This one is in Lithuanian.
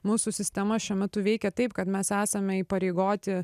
mūsų sistema šiuo metu veikia taip kad mes esame įpareigoti